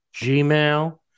gmail